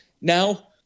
now